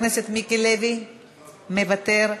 מוותר,